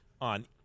on